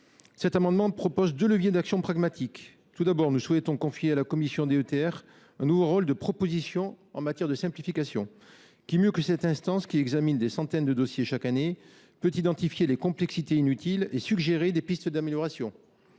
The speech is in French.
cet amendement, il est proposé deux leviers d’action pragmatiques. Tout d’abord, nous souhaitons confier à la commission d’attribution de la DETR un nouveau rôle de proposition en matière de simplification. Qui mieux que cette instance, qui examine plusieurs centaines de dossiers chaque année, peut identifier les complexités inutiles et suggérer des pistes d’amélioration